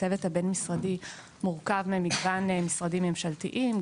הצוות בין משרדי מורכב ממשרדים ממשלתיים,